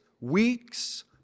weeks